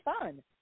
fun